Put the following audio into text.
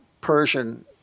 Persian